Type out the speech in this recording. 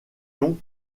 longue